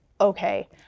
okay